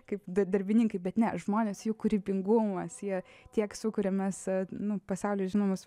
kaip darbininkai bet ne žmonės jų kūrybingumas jie tiek sukuriam mes nu pasauly žinomas